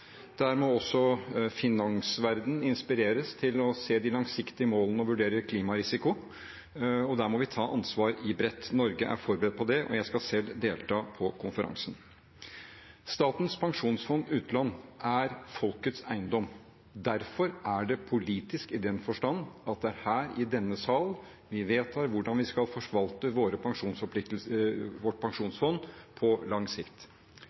Der må også finansverdenen inspireres til å se de langsiktige målene og vurdere klimarisiko. Der må vi ta ansvar bredt. Norge er forberedt på det, og jeg skal selv delta på konferansen. Statens pensjonsfond utland er folkets eiendom. Derfor er det politisk i den forstand at det er i denne sal vi vedtar hvordan vi skal forvalte vårt pensjonsfond på lang sikt.